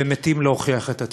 שמתים להוכיח את עצמם.